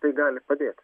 tai gali padėti